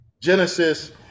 Genesis